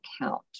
account